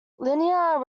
linear